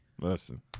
Listen